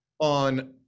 on